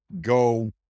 go